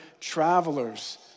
travelers